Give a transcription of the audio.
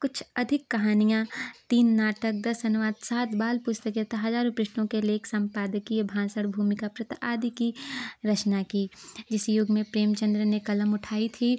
कुछ अधिक कहानियाँ तीन नाटक दस अनुवाद सात बाल पुस्तकें तो हजारों पृष्ठों के लेख संपादकीय भाषण भूमिका पत्र आदि की रचना की जिस युग में प्रेमचन्द्र ने कलम उठाई थी